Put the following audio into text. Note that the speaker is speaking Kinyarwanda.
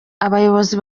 abayobozi